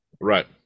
right